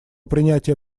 принятие